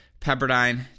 Pepperdine